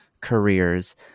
careers